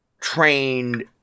trained